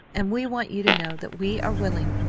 and we want you to know that we are willing.